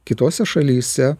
kitose šalyse